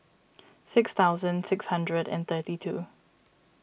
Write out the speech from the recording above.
six thousand six hundred and thirty two